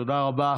תודה רבה.